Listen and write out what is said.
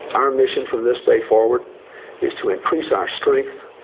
our mission from this day forward is to increase our strength,